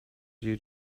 you